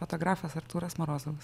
fotografas artūras morozovas